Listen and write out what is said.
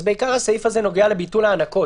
אז הסעיף הזה נוגע בעיקר לביטול הענקות,